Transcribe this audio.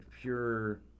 pure